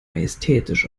majestätisch